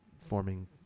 forming